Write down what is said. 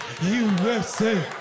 USA